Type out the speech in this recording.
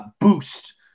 boost